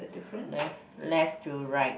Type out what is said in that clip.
left left to right